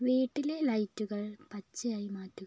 വീട്ടിലെ ലൈറ്റുകൾ പച്ചയായി മാറ്റുക